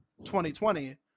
...2020